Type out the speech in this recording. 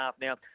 Now